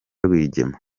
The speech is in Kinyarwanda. rwigema